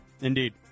Indeed